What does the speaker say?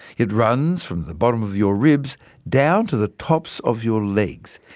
it runs from the bottom of your ribs down to the top so of your legs.